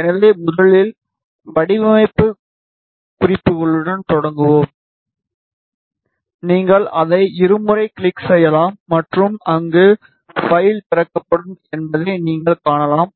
எனவே முதலில் வடிவமைப்பு குறிப்புகளுடன் தொடங்குவோம் நீங்கள் அதை இருமுறை கிளிக் செய்யலாம் மற்றும் அந்த பைல் திறக்கப்படும் என்பதை நீங்கள் காணலாம்